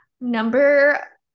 number